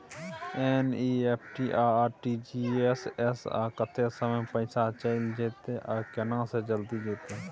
NEFT आ RTGS स कत्ते समय म पैसा चैल जेतै आ केना से जल्दी जेतै?